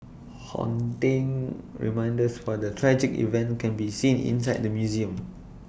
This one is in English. haunting reminders for the tragic event can be seen inside the museum